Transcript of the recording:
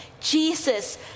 Jesus